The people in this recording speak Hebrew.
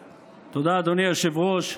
תודה, אדוני היושב-ראש.